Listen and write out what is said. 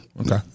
Okay